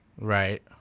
Right